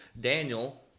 Daniel